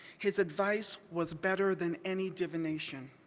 his advice was better than any divination,